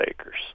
acres